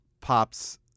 pops